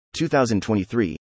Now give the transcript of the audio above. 2023